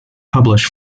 publish